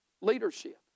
leadership